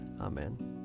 Amen